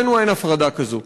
אצלנו אין הפרדה כזאת.